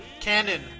Cannon